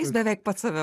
jis beveik pats save